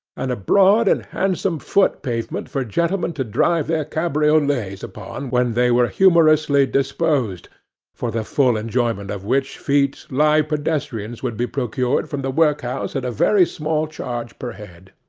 and a broad and handsome foot pavement for gentlemen to drive their cabriolets upon when they were humorously disposed for the full enjoyment of which feat live pedestrians would be procured from the workhouse at a very small charge per head.